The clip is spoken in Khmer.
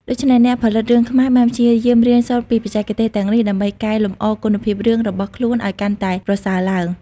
ដូច្នេះ អ្នកផលិតរឿងខ្មែរបានព្យាយាមរៀនសូត្រពីបច្ចេកទេសទាំងនេះដើម្បីកែលម្អគុណភាពរឿងរបស់ខ្លួនឲ្យកាន់តែប្រសើរឡើង។